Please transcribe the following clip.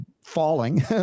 falling